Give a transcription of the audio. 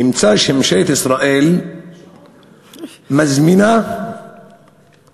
נמצא שממשלת ישראל מזמינה מלחמה,